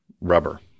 rubber